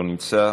לא נמצא,